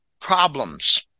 problems